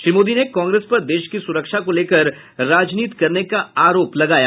श्री मोदी ने कांग्रेस पर देश की सुरक्षा को लेकर राजनीति करने का आरोप लगाया